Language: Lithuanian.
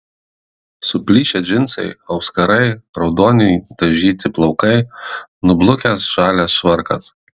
suplyšę džinsai auskarai raudonai dažyti plaukai nublukęs žalias švarkas